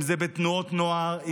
אם זה בתנועות נוער,